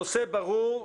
הנושא ברור.